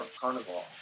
carnival